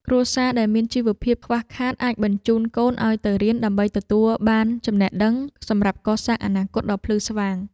គ្រួសារដែលមានជីវភាពខ្វះខាតអាចបញ្ជូនកូនឱ្យទៅរៀនដើម្បីទទួលបានចំណេះដឹងសម្រាប់កសាងអនាគតដ៏ភ្លឺស្វាង។